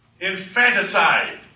infanticide